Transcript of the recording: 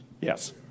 Yes